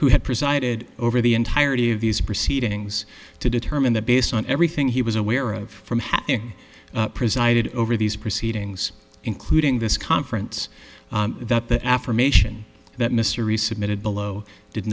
who had presided over the entirety of these proceedings to determine that based on everything he was aware of from having presided over these proceedings including this conference that the affirmation that mr resubmitted below did